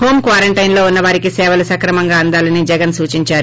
home క్వారంటైన్లో ఉన్న వారికి సేవలు సక్రమంగా అందాలని జగన్ సూచించారు